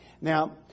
Now